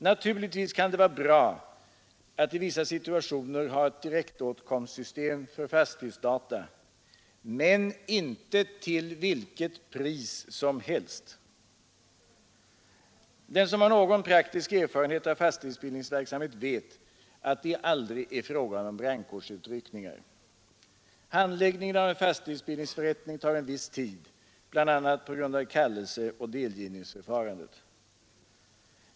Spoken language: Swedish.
Naturligtvis kan det vara bra att i vissa situationer ha ett direktåtkomstsystem för fastighetsdata — men inte till vilket pris som helst. Den som har praktisk erfarenhet av fastighetsbildningsverksamhet vet att det inte är fråga om brandkårsutryckningar. Handläggningen av en fastighetsbildningsförrättning tar en viss tid, bl.a. på grund av kallelseoch delgivningsförfarandet.